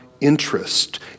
interest